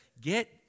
get